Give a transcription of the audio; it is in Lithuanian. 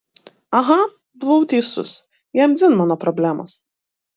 aha buvau teisus jam dzin mano problemos